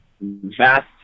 vast